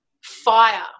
fire